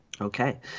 Okay